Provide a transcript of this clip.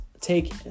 take